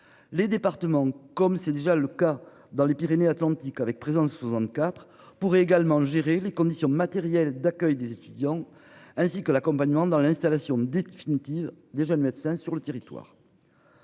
les départements, comme c'est déjà le cas dans les Pyrénées Atlantiques avec présence 64 pour également gérer les conditions matérielles d'accueil des étudiants, ainsi que l'accompagnement dans l'installation définitive des jeunes médecins sur le territoire.